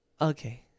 okay